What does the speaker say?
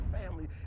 family